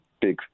big